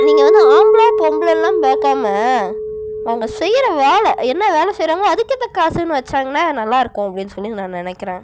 நீங்கள் வந்து ஆம்பளை பொம்பளைன்லா பாக்காமல் அவங்க செய்கிற வேலை என்ன வேலை செய்கிறாங்களோ அதுக்கு ஏற்ற காசுன்னு வைச்சாங்னா நல்லாயிருக்கும் அப்டின்னு சொல்லி நான் நினைக்கிறேன்